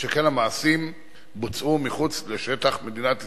שכן המעשים בוצעו מחוץ לשטח מדינת ישראל,